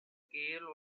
keel